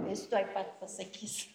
jis tuoj pat pasakys